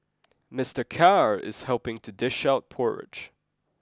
Mister Khair is helping to dish out porridge